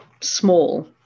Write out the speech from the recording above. small